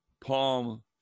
Palm